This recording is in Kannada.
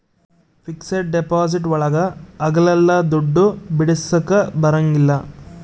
ಫಿಕ್ಸೆಡ್ ಡಿಪಾಸಿಟ್ ಒಳಗ ಅಗ್ಲಲ್ಲ ದುಡ್ಡು ಬಿಡಿಸಕ ಬರಂಗಿಲ್ಲ